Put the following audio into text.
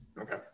Okay